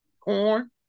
corn